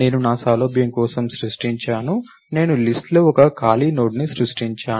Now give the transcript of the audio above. నేను నా సౌలభ్యం కోసం సృష్టించాను నేను లిస్ట్ లో ఒక ఖాళీ నోడ్ని సృష్టించాను